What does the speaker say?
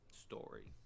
story